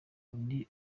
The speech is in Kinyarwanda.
undi